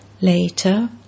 Later